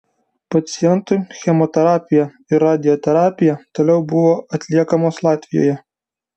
pacientui chemoterapija ir radioterapija toliau buvo atliekamos latvijoje